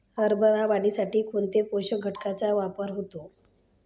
हरभरा वाढीसाठी कोणत्या पोषक घटकांचे वापर होतो?